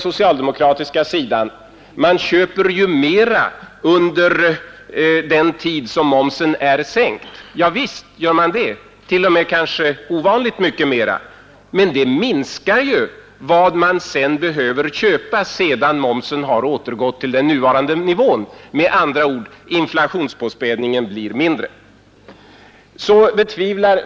Socialdemokraterna säger att man skulle köpa mer under den tid momsen är sänkt. Javisst, man skulle kanske t.o.m. köpa ovanligt mycket mer, men det minskar vad man sedan behöver köpa när momsen har återgått till den nuvarande nivån. Inflationspåspädningen vid en konjunkturuppgång blir med andra ord mindre.